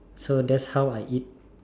so that's how I eat